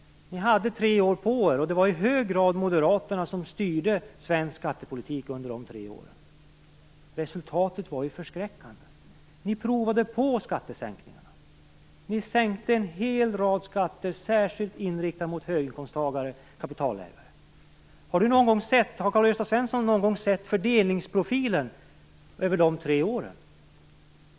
Ni hade tre år på er. Det var i hög grad Moderaterna som styrde svensk skattepolitik under de tre åren. Resultatet var förskräckande. Ni provade på skattesänkningarna. Ni sänkte en hel rad skatter särskilt inriktade mot höginskomsttagare och kapitalägare. Har Karl Gösta Svenson någon gång sett fördelningsprofilen över de tre åren?